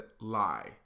lie